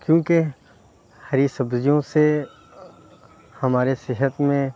کیوں کہ ہری سبزیوں سے ہمارے صحت میں